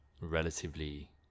relatively